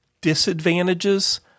disadvantages